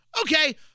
Okay